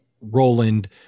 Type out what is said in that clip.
Roland